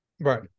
Right